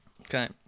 Okay